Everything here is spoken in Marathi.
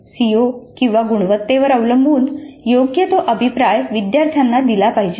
सिओ किंवा गुणवत्तेवर अवलंबून योग्य तो अभिप्राय विद्यार्थ्यांना दिला पाहिजे